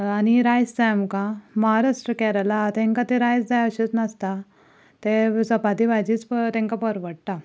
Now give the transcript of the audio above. आनी रायस जाय आमकां म्हाराष्ट्र केरला तेंका ते रायस जाय अशेंच नासता ते चपाती भाजीच तेंका परवडटा